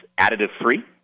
additive-free